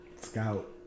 Scout